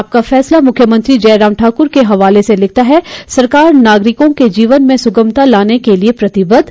आपका फैसला मुख्यमंत्री जयराम ठाकुर के हवाले से लिखता है सरकार नागरिकों के जीवन में सुगमता लाने के लिए प्रतिबद्ध